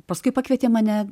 paskui pakvietė mane